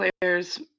players